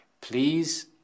Please